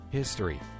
history